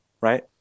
right